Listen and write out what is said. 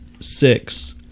Six